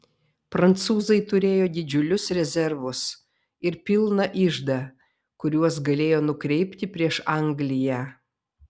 prancūzai turėjo didžiulius rezervus ir pilną iždą kuriuos galėjo nukreipti prieš angliją